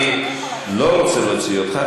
אני לא רוצה להוציא אותך,